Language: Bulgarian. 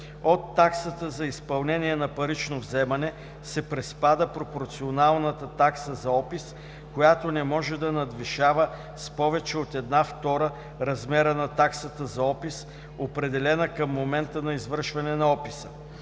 От таксата за изпълнение на парично вземане се приспада пропорционалната такса за опис, която не може да надвишава с повече от една втора размера на таксата за опис, определена към момента на извършване на описа.